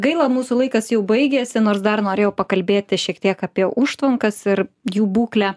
gaila mūsų laikas jau baigėsi nors dar norėjau pakalbėti šiek tiek apie užtvankas ir jų būklę